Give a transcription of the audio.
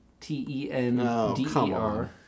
t-e-n-d-e-r